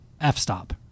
f-stop